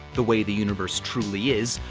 the way the universe truly is,